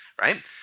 right